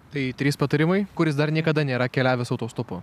tai trys patarimai kuris dar niekada nėra keliavęs autostopu